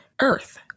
Earth